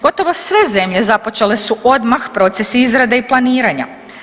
Gotovo sve zemlje započele su odmah proces izrade i planiranja.